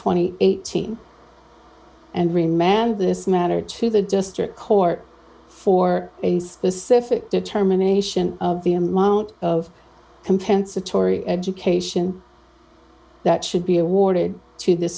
and eighteen remand this matter to the district court for a specific determination of the amount of compensatory education that should be awarded to the